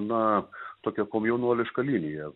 na tokia komjaunuoliška linija